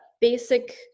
basic